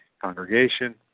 congregation